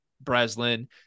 Breslin